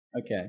Okay